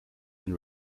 and